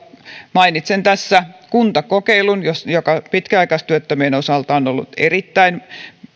mainitsen tässä kuntakokeilun joka pitkäaikaistyöttömien osalta on ollut erittäin